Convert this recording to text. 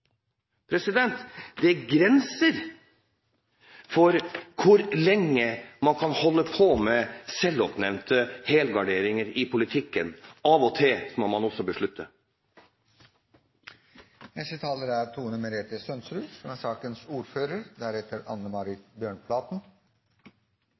Det er grenser for hvor lenge man kan holde på med selvoppnevnte helgarderinger i politikken. Av og til må man også